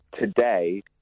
today